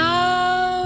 Now